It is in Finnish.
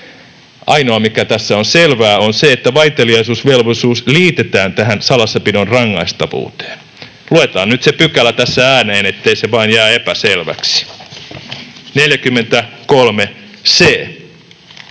Ainoa, mikä tässä on selvää, on se, että vaiteliaisuusvelvollisuus liitetään tähän salassapidon rangaistavuuteen. Luetaan nyt se pykälä tässä ääneen, ettei se vain jää epäselväksi: ”43 c.